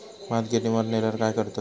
भात गिर्निवर नेल्यार काय करतत?